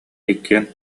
иккиэн